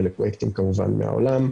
אלה פרוייקטים כמובן מהעולם.